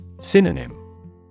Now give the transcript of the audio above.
Synonym